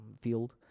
field